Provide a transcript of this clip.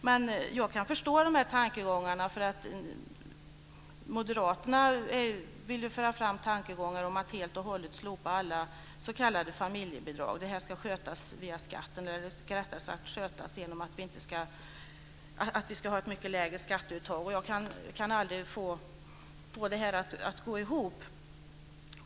Men jag kan förstå dessa tankegångar, för Moderaterna vill ju föra fram förslag om att helt och hållet slopa alla s.k. familjebidrag och att vi ska ha ett mycket lägre skatteuttag. Jag kan aldrig få det här att gå ihop.